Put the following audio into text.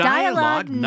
Dialogue